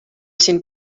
siin